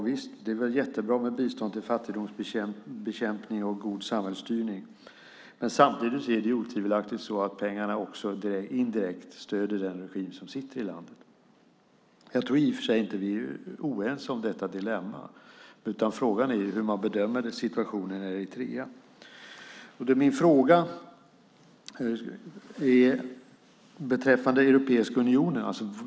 Visst är det bra med bistånd till fattigdomsbekämpning och god samhällsstyrning, men samtidigt är det otvivelaktigt så att pengarna också indirekt stöder den regim som sitter i landet. Jag tror i och för sig inte att vi är oense om detta dilemma, utan frågan är hur man bedömer situationen i Eritrea. Min fråga gäller Europeiska unionen.